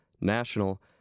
national